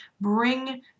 Bring